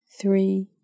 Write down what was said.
three